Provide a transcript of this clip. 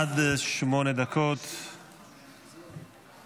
עד שמונה דקות לרשותך.